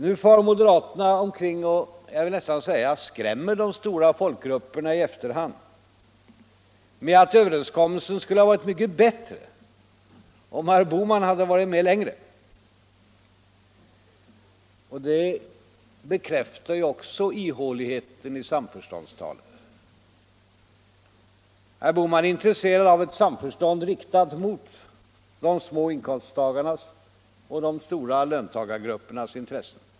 Nu far moderaterna omkring och jag vill nästan säga skrämmer de stora folkgrupperna i efterhand med att överenskommelsen skulle ha varit mycket bättre om herr Bohman hade varit med längre. Och därmed får vi ytterligare en bekräftelse på ihålligheten i herr Bohmans samförståndstal. Herr Bohman är intresserad av ett samförstånd riktat mot de små inkomsttagarnas och de stora löntagargruppernas intressen.